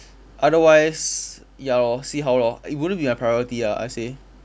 otherwise ya lor see how lor it wouldn't be my priority ah I'd say